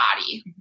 body